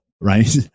right